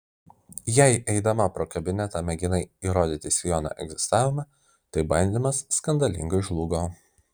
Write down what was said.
jei eidama pro kabinetą mėginai įrodyti sijono egzistavimą tai bandymas skandalingai žlugo